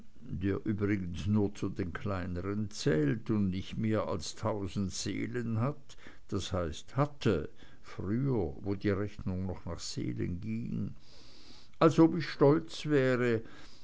der übrigens nur zu den kleineren zählt und nicht mehr als tausend seelen hat das heißt hatte früher wo die rechnung noch nach seelen ging als ob ich stolz wäre